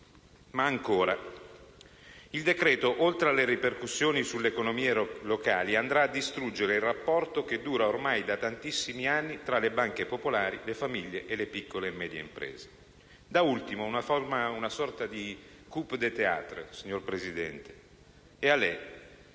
Ma ancora: il decreto, oltre alle ripercussioni sulle economie locali, andrà a distruggere il rapporto che dura ormai da tantissimi anni tra le banche popolari, le famiglie e le piccole e medie imprese. Da ultimo, una sorta di *coup de théâtre*, signor Presidente: l'articolo